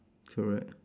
correct